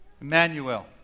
Emmanuel